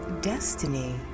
destiny